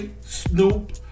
Snoop